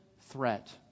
threat